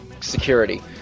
security